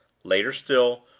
later still,